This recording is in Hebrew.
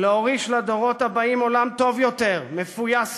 להוריש לדורות הבאים עולם טוב יותר, מפויס יותר,